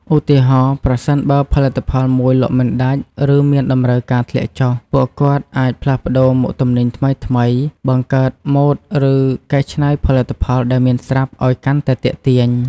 ឧទាហរណ៍ ប្រសិនបើផលិតផលមួយលក់មិនដាច់ ឬមានតម្រូវការធ្លាក់ចុះ ពួកគាត់អាចផ្លាស់ប្តូរមុខទំនិញថ្មីៗ បង្កើតម៉ូដ ឬកែច្នៃផលិតផលដែលមានស្រាប់ឱ្យកាន់តែទាក់ទាញ។